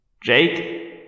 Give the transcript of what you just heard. Jake